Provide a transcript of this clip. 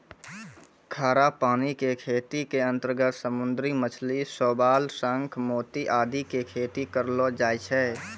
खारा पानी के खेती के अंतर्गत समुद्री मछली, शैवाल, शंख, मोती आदि के खेती करलो जाय छै